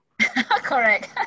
Correct